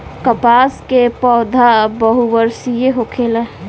कपास के पौधा बहुवर्षीय होखेला